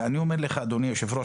אדוני היושב-ראש,